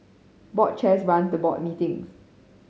board chairs run the board meetings